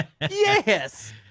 Yes